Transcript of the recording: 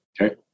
okay